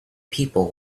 people